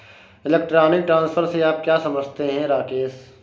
Electronic transfer से आप क्या समझते हैं, राकेश?